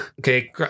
okay